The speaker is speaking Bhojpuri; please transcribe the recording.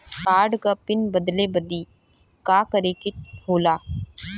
कार्ड क पिन बदले बदी का करे के होला?